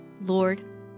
Lord